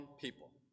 people